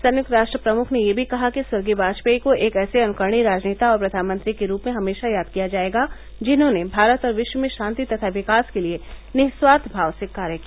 संयुक्त राष्ट्र प्रमुख ने यह भी कहा कि स्वर्गीय वाजपेयी को एक ऐसे अनुकरणीय राजनेता और प्रधानमंत्री के रूप में हमेशा याद किया जायेगा जिन्होंने भारत और विश्व में शांति तथा विकास के लिए निस्वार्थ भाव से कार्य किया